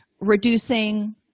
reducing